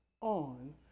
on